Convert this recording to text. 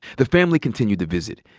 the family continued to visit,